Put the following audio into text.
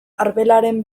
arbelaren